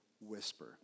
whisper